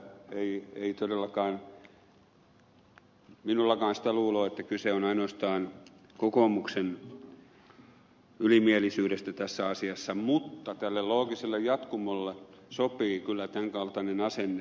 ei todellakaan minullakaan sitä luuloa ole että kyse on ainoastaan kokoomuksen ylimielisyydestä tässä asiassa mutta tälle loogiselle jatkumolle sopii kyllä tämän kaltainen asenne